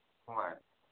ꯍꯣꯏ